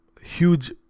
huge